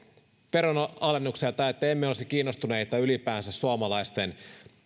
veronalennuksia tai siitä että emme olisi kiinnostuneita ylipäänsä suomalaisten